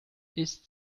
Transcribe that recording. ist